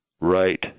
Right